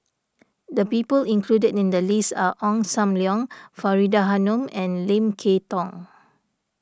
the people included in the list are Ong Sam Leong Faridah Hanum and Lim Kay Tong